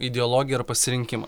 ideologiją ar pasirinkimą